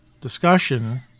discussion